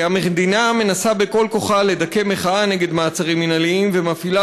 המדינה מנסה בכל כוחה לדכא מחאה נגד מעצרים מינהליים ומפעילה